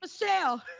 Michelle